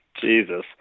Jesus